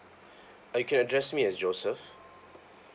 uh you can address me as joseph